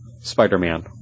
Spider-Man